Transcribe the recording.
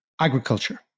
agriculture